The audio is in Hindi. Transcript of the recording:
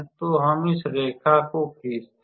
तो हम इस रेखा को खींचते हैं